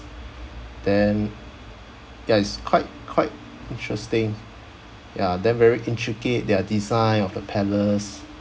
then that's quite quite interesting ya then very intricate their design of the palace